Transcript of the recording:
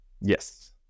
Yes